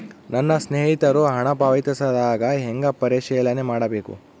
ನನ್ನ ಸ್ನೇಹಿತರು ಹಣ ಪಾವತಿಸಿದಾಗ ಹೆಂಗ ಪರಿಶೇಲನೆ ಮಾಡಬೇಕು?